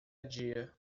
dia